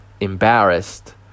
embarrassed